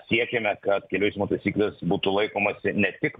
siekiame kad kelių eismo taisyklės būtų laikomasi ne tik